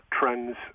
trends